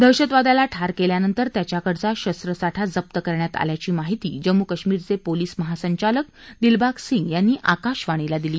दहशतवाद्याला ठार केल्यानंतर त्याच्याकडचा शस्वसाठा जप्त करण्यात आल्याची माहिती जम्मू कश्मीरचे पोलीस महासंचालक दिलबाग सिंग यांनी आकाशवाणीला दिली